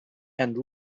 and